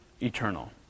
eternal